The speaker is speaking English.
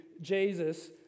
Jesus